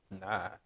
Nah